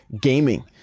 gaming